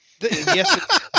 Yes